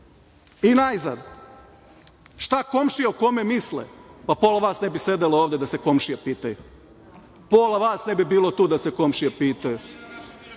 šta komšije o kome misle, pa pola vas ne bi sedelo ovde da se komšije pitaju. Pola vas ne bi bilo tu da se komšije